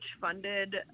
funded